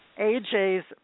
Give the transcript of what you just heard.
AJ's